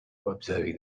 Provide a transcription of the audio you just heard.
observing